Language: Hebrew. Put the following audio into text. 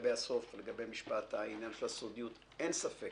לגבי הסוף, לגבי העניין של הסודיות אין ספק